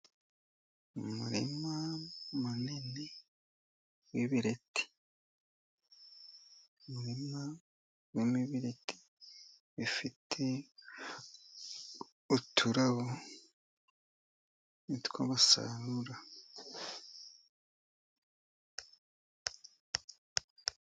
Umurima munini w'ibireti. Umurima urimo ibireti, bifite uturabo nitwo basarura.